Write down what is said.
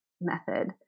method